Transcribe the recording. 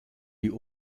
die